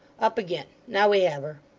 up again! now we have her